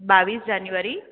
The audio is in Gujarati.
બાવીસ જાન્યુવારી